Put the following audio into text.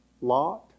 Lot